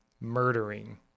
murdering